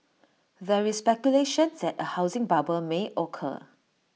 there is speculation that A housing bubble may occur